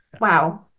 wow